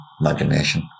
imagination